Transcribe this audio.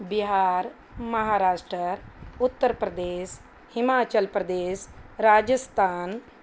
Bihar Maharashtra Uttar Pradesh Himachal Pradesh Rajasthan